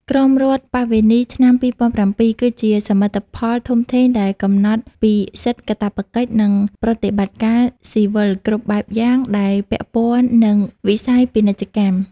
ក្រមរដ្ឋប្បវេណីឆ្នាំ ២០០៧ គឺជាសមិទ្ធផលធំធេងដែលកំណត់ពីសិទ្ធិ កាតព្វកិច្ច និងប្រតិបត្តិការស៊ីវិលគ្រប់បែបយ៉ាងដែលពាក់ព័ន្ធនឹងវិស័យពាណិជ្ជកម្ម។